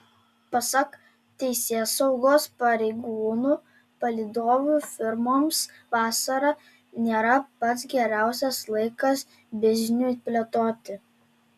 pasak teisėsaugos pareigūnų palydovių firmoms vasara nėra pats geriausias laikas bizniui plėtoti